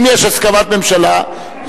אם יש הסכמת הממשלה,